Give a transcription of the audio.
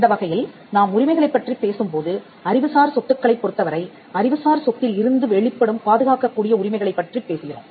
அந்தவகையில் நாம் உரிமைகளைப் பற்றிப் பேசும்போது அறிவுசார் சொத்துக்களைப் பொறுத்தவரை அறிவுசார் சொத்தில் இருந்து வெளிப்படும் பாதுகாக்கக்கூடிய உரிமைகளைப் பற்றி பேசுகிறோம்